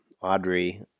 Audrey